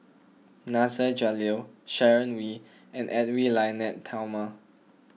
Nasir Jalil Sharon Wee and Edwy Lyonet Talma